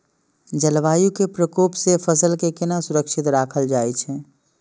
जलवायु के प्रकोप से फसल के केना सुरक्षित राखल जाय छै?